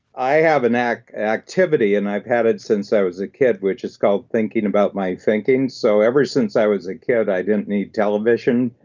i have an activity, and i've had it since i was a kid, which is called thinking about my thinking, so ever since i was a kid, i didn't need television,